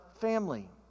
family